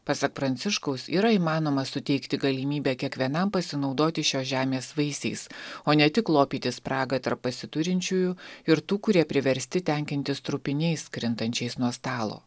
pasak pranciškaus yra įmanoma suteikti galimybę kiekvienam pasinaudoti šios žemės vaisiais o ne tik lopyti spragą tarp pasiturinčiųjų ir tų kurie priversti tenkintis trupiniais krintančiais nuo stalo